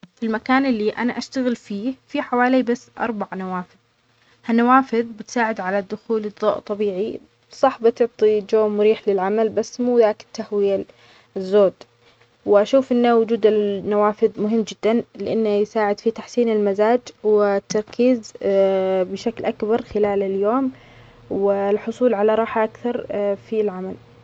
في المكان اللى أنا بشتغل فيه في حوالى بس أربع نوافذ، هالنوافذ بتساعد على دخول الضوء طبيعى صح بتدى جو مريح للعمل بس مو ذاك التهوية الزود، وأشوف أن وجود النوافذ مهم جدا لأنه يساعد في تحسين المزاج والتركيز بشكل أكبر خلال اليوم والحصول على راحة أكثر في العمل.